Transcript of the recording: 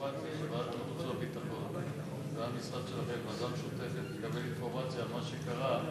הערכה בין אנשי הביטחון שיגיעו 600 משפחות,